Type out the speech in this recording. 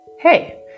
Hey